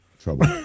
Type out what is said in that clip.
trouble